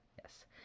yes